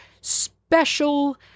special